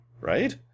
right